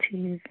ਠੀਕ ਹੈ